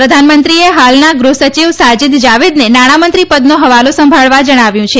પ્રધાનમંત્રીએ હાલના ગૃહ સચિવ સાજિદ જાવેદને નાણામંત્રી પદનો હવાલો સંભાળવા જણાવ્યું છે